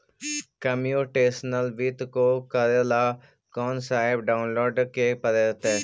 computational वित्त को करे ला कौन स ऐप डाउनलोड के परतई